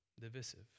divisive